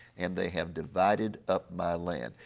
and they have divided up my land.